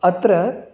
अत्र